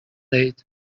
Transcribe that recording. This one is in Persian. دهید